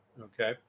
okay